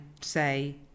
say